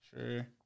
sure